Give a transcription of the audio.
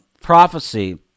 Prophecy